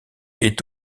est